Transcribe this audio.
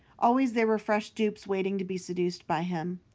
always there were fresh dupes waiting to be seduced by him.